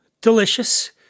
delicious